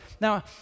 Now